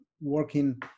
working –